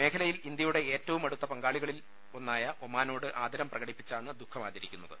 മേഖലയിൽ ഇന്ത്യയുടെ ഏറ്റവും അടുത്ത പങ്കാളികളിൽ ഒന്നായ ഒമാനോട് ആദരവ് പ്രകടിപ്പിച്ചാണ് ദുഃഖം ആചരിക്കുന്ന ത്